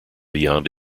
beyond